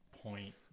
point